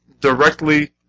directly